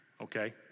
okay